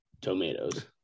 tomatoes